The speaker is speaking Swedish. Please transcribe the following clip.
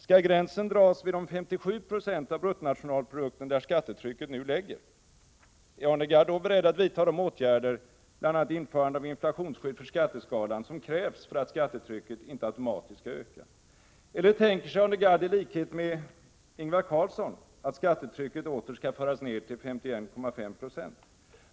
Skall gränsen dras vid de 57 90 av bruttonationalprodukten där skattetrycket ligger nu? Är Arne Gadd då beredd att vidta de åtgärder, bl.a. införande av inflationsskydd för skatteskalan, som krävs för att skattetrycket inte automatiskt skall öka? Eller tänker sig Arne Gadd, i likhet med Ingvar Carlsson, att skattetrycket åter skall föras ner till 51,5 96?